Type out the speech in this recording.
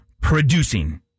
producing